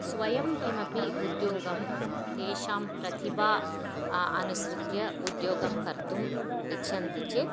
स्वयं किमपि उद्योगं तेषां प्रतिभाम् अनुसृत्य उद्योगं कर्तुम् इच्छन्ति चेत्